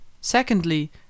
Secondly